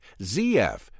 ZF